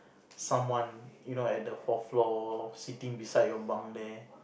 someone you know at the fourth floor sitting beside your bunk there